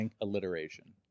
alliteration